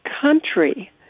country